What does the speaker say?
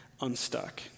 unstuck